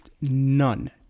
none